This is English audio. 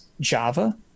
Java